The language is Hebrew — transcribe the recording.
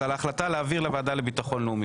אז על ההחלטה להעביר לוועדה לביטחון לאומי.